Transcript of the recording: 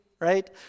Right